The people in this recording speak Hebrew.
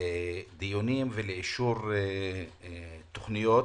לדיונים ולאישור תוכניות.